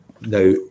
Now